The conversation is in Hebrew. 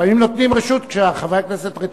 לא, לפעמים נותנים רשות כשחברי הכנסת רתוקים.